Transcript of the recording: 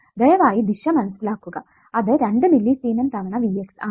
ദയവായി ദിശ മനസ്സിലാക്കുക അത് 2 മില്ലി സിമെൻ തവണ V x ആണ്